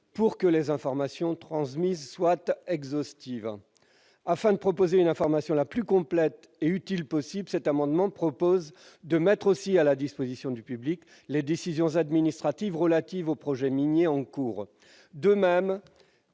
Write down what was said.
pour que les informations transmises soient exhaustives. Afin de permettre l'information la plus complète et la plus utile possible, cet amendement vise à mettre également à disposition du public les décisions administratives relatives aux projets miniers en cours. De même,